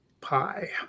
pie